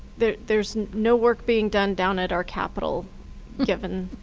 there's there's no work being done down at our capital given